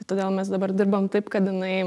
tai todėl mes dabar dirbam taip kad jinai